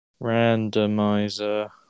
randomizer